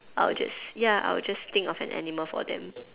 I will just ya I will just think of an animal for them